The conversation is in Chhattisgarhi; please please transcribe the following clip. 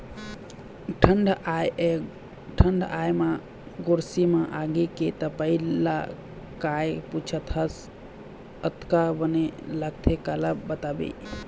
ठंड आय म गोरसी म आगी के तपई ल काय पुछत हस अतका बने लगथे काला बताबे